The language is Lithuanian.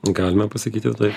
galime pasakyti ir taip